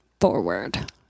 forward